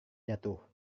jatuh